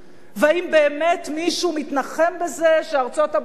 והאם באמת מישהו מתנחם בזה שארצות-הברית כן